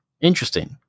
Interesting